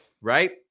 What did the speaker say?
right